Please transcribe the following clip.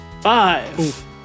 Five